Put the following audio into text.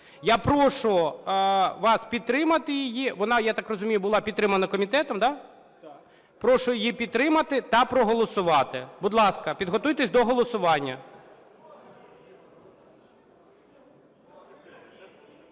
Я прошу вас підтримати її. Вона, я так розумію, була підтримана комітетом, да? Прошу її підтримати та проголосувати. Будь ласка, підготуйтесь до голосування.